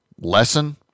Lesson